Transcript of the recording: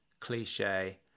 cliche